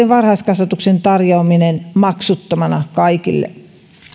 varhaiskasvatuksen tarjoaminen maksuttomana kaikille